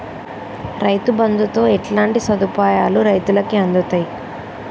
రైతు బంధుతో ఎట్లాంటి సదుపాయాలు రైతులకి అందుతయి?